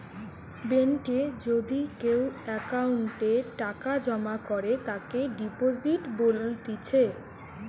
বেঙ্কে যদি কেও অ্যাকাউন্টে টাকা জমা করে তাকে ডিপোজিট বলতিছে